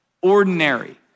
ordinary